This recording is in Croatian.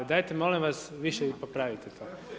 Dajte molim vas više popravite to.